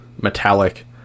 metallic